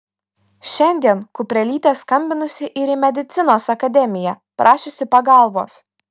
šiandien kuprelytė skambinusi ir į medicinos akademiją prašiusi pagalbos